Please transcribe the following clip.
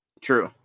True